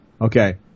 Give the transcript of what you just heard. okay